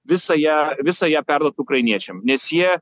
visą ją visą ją perduot ukrainiečiam nes jie